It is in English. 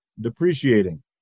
depreciating